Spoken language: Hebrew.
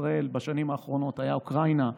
ישראל בשנים האחרונות היה אוקראינה,